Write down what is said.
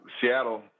Seattle